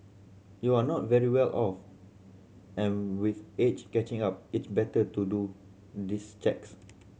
we're not very well off and with age catching up it's better to do these checks